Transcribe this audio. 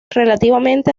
relativamente